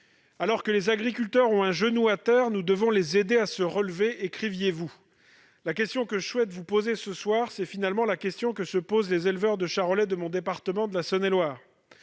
Alors que les agriculteurs ont un genou à terre, nous devons les aider à se relever », écriviez-vous. La question que je souhaite vous poser ce soir est celle que se posent en fait les éleveurs de viande charolaise de mon département de la Saône-et-Loire